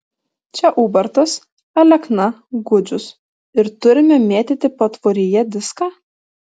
čia ubartas alekna gudžius ir turime mėtyti patvoryje diską